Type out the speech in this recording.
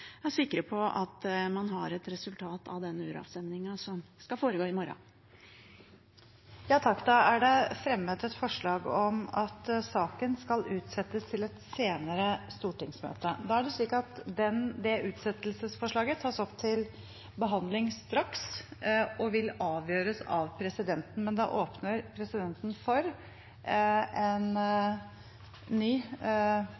er sikre på at man har et resultat av den uravstemningen som skal foregå i morgen. Da har representanten Karin Andersen fremmet et forslag om at saken skal utsettes til et senere stortingsmøte. Utsettelsesforslaget tas opp til behandling straks og vil avgjøres av presidenten. Presidenten åpner først for en